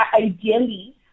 ideally